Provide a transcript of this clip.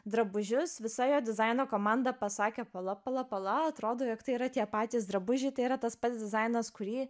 drabužius visa jo dizaino komanda pasakė pala pala pala atrodo jog tai yra tie patys drabužiai tai yra tas pats dizainas kurį